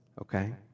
Okay